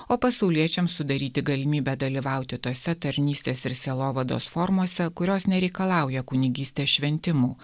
o pasauliečiams sudaryti galimybę dalyvauti tose tarnystės ir sielovados formose kurios nereikalauja kunigystės šventimų